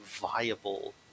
viable